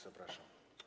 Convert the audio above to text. Zapraszam.